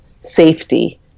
safety